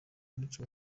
munsi